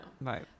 Right